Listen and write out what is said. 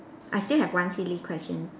I still have one silly question